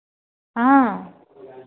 हाँ